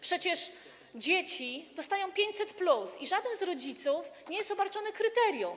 Przecież dzieci dostają 500+ i żaden z rodziców nie jest obarczony kryterium.